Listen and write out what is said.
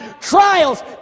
trials